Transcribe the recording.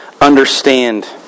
understand